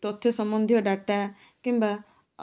ତଥ୍ୟ ସମ୍ୱନ୍ଧୀୟ ଡାଟା କିମ୍ବା